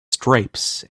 stripes